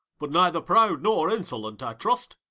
but neither proud nor insolent, i trust.